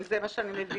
אם זה מה שאני מבינה.